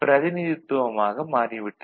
பிரதிநிதித்துவமாக மாறி விட்டது